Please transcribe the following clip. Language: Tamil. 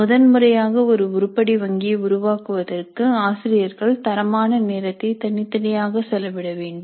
முதன்முறையாக ஒரு உருப்படி வங்கியை உருவாக்குவதற்கு ஆசிரியர்கள் தரமான நேரத்தை தனித்தனியாக செலவிட வேண்டும்